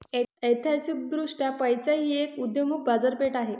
ऐतिहासिकदृष्ट्या पैसा ही एक उदयोन्मुख बाजारपेठ आहे